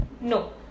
no